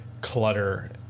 clutter